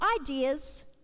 ideas